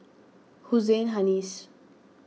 Hussein Haniff